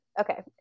Okay